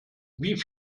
wie